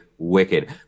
wicked